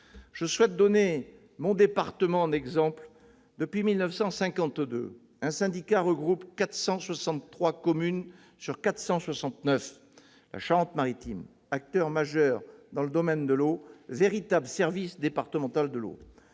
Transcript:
Je souhaite citer mon département en exemple. Depuis 1952, un syndicat regroupe 463 des 469 communes de Charente-Maritime, acteur majeur dans le domaine de l'eau, véritable service départemental de l'eau.